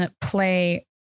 play